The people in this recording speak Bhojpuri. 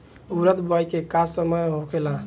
उरद बुआई के समय का होखेला?